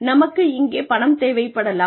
நமக்கு இங்கே பணம் தேவைப்படலாம்